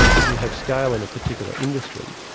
if you have scale in a particular industry,